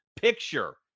picture